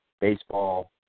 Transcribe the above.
baseball